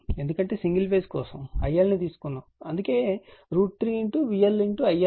ఎందుకంటే single phase కోసం IL ను తీసుకున్నాము అందుకే √3 VL I L cos PL jQ L అంటే PL